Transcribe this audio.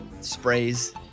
sprays